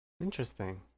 Interesting